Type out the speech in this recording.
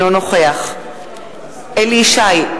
אינו נוכח אליהו ישי,